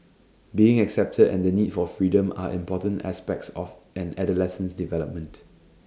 being accepted and the need for freedom are important aspects of an adolescent's development